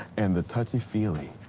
and the touchy-feely?